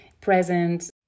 present